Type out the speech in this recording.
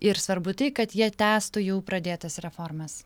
ir svarbu tai kad jie tęstų jau pradėtas reformas